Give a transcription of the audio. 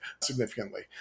significantly